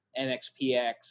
NXPX